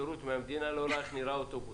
שירות מהמדינה ולא יודע איך נראה אוטובוס?